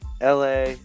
LA